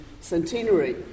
centenary